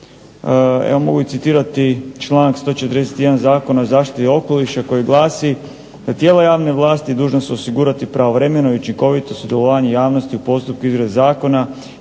Evo mogu i citirati članak 141. Zakona o zaštiti okoliša koji glasi: "tijela javne vlasti dužna su osigurati pravovremeno i učinkovito sudjelovanje javnosti u postupku izrade zakona